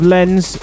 Lens